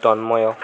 Tanmay